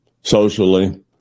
socially